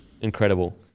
Incredible